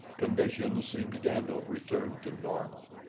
conditions seemed again to have returned to normal.